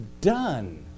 done